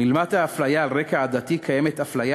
מלבד האפליה על רקע עדתי קיימת אפליה